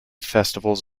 festivals